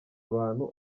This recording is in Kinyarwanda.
abantu